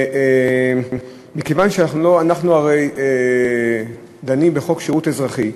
אנחנו הרי דנים בחוק שירות אזרחי,